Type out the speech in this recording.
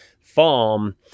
farm